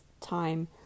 time